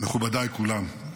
מכובדיי כולם,